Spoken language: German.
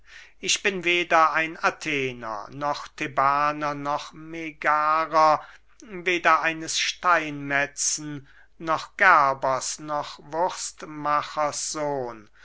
ich bin weder ein athener noch thebaner noch megarer weder eines steinmetzen noch gerbers noch wurstmachers sohn